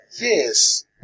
Yes